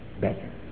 better